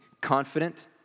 confident